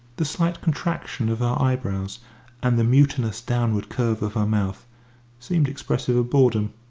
the slight contraction of her eyebrows and the mutinous downward curve of her mouth seemed expressive of boredom.